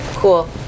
Cool